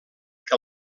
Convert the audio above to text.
que